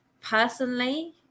personally